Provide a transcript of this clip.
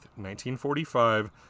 1945